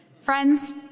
Friends